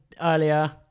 earlier